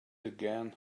again